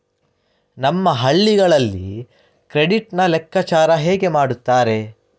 ನಮ್ಮ ಹಳ್ಳಿಗಳಲ್ಲಿ ಕ್ರೆಡಿಟ್ ನ ಲೆಕ್ಕಾಚಾರ ಹೇಗೆ ಮಾಡುತ್ತಾರೆ?